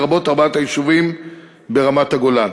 לרבות ארבעת היישובים ברמת-הגולן.